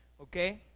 Okay